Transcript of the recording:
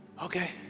Okay